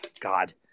God